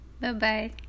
Bye-bye